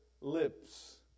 lips